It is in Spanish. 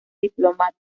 diplomáticas